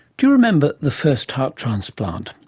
do you remember the first heart transplant?